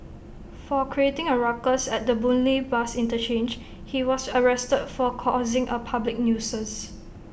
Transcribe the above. for creating A ruckus at the boon lay bus interchange he was arrested for causing A public nuisance